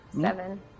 seven